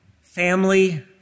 Family